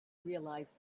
realize